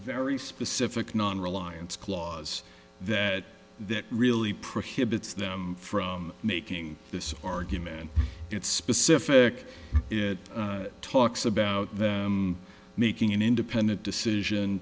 very specific non reliance clause that really prohibits them from making this argument it's specific it talks about them making an independent decision